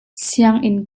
sianginn